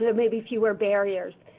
yeah maybe fewer barriers.